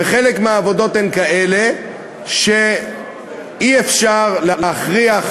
וחלק מהעבודות הן כאלה שאי-אפשר להכריח